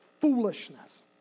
foolishness